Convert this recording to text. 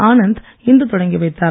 ஆனந்த் இன்று தொடங்கி வைத்தார்